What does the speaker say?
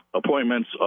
appointments